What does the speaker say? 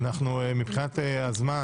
מבחינת הזמן